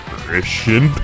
Christian